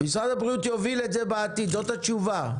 משרד הבריאות יוביל את זה בעתיד, זאת התשובה.